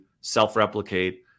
self-replicate